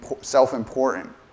self-important